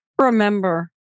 remember